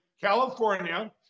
California